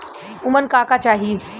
उमन का का चाही?